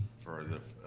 for the,